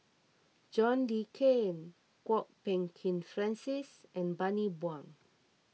John Le Cain Kwok Peng Kin Francis and Bani Buang